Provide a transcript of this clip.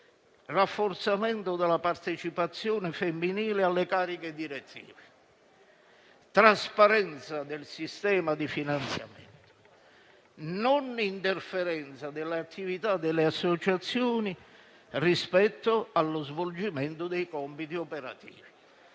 rafforzamento della partecipazione femminile alle cariche direttive; trasparenza del sistema di finanziamento; non interferenza dell'attività delle associazioni rispetto allo svolgimento dei compiti operativi.